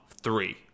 three